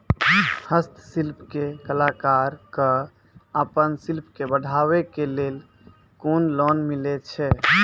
हस्तशिल्प के कलाकार कऽ आपन शिल्प के बढ़ावे के लेल कुन लोन मिलै छै?